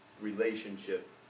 relationship